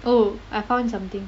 oh I found something